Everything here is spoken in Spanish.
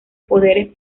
poderes